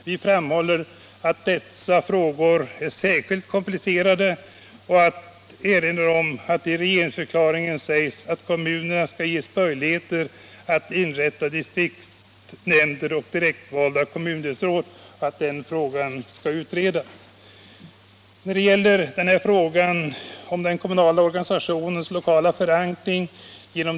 Vi framhåller bl.a. att dessa frågor är särskilt komplicerade och erinrar om att det i regeringsförklaringen sägs att kommunerna skall ges möjligheter att inrätta distriktsnämnder och direktvalda kommundelsråd samt att den frågan skall utredas.